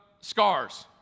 scars